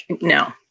No